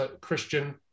Christian